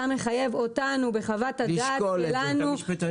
אתה מחייב אותנו בחוות הדעת שלנו -- לשקול את זה.